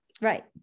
Right